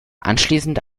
anschließend